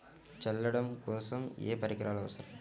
చల్లడం కోసం ఏ పరికరాలు అవసరం?